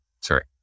Sorry